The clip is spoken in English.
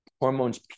hormones